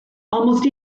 almost